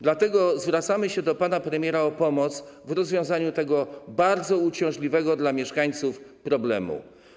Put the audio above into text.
Dlatego zwracamy się do pana premiera o pomoc w rozwiązaniu tego bardzo uciążliwego dla mieszkańców problemu.